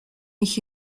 ich